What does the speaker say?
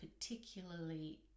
particularly